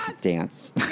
dance